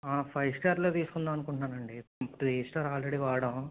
five స్టార్లో తీసుకుందాం అనుకుంటున్నాను అండి త్రీ స్టార్ ఆల్రెడీ వాడినాం